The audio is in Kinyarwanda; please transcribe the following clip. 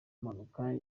impanuka